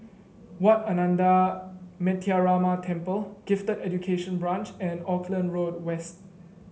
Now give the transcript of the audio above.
Wat Ananda Metyarama Temple Gifted Education Branch and Auckland Road West